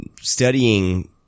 studying